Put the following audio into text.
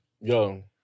Yo